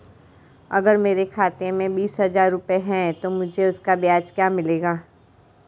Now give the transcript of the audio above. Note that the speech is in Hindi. अगर मेरे खाते में बीस हज़ार रुपये हैं तो मुझे उसका ब्याज क्या मिलेगा?